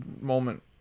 moment